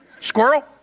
Squirrel